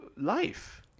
life